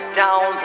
down